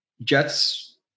Jets